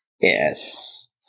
Yes